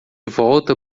volta